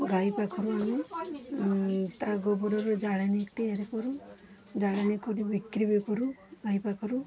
ଗାଈ ପାଖରୁ ଆଣୁ ତା ଗୋବରରୁ ଜାଳେଣୀ ତିଆରି କରୁ ଜାଳେଣୀ କରି ବିକ୍ରୀ ବି କରୁ ଗାଈ ପାଖରୁ